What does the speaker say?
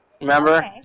Remember